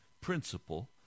principle